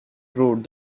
road